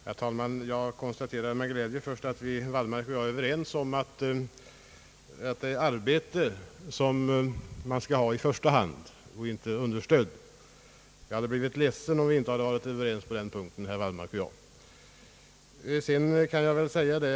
Herr talman! Jag konstaterar med glädje att herr Wallmark och jag är överens om att det i första hand är arbete som människorna skall ha och inte understöd. Jag hade blivit ledsen om herr Wallmark och jag inte hade varit överens på den punkten.